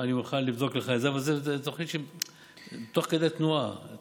אני מוכן לבדוק לך, אבל זאת תוכנית תוך כדי תנועה.